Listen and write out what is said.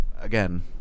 again